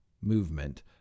movement